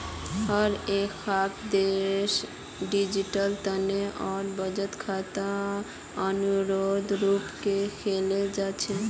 हर एकखन देशत डिजिटल वेतन और बचत खाता अनिवार्य रूप से खोलाल जा छेक